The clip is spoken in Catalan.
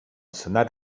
senat